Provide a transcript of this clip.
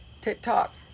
TikTok